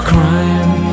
Crying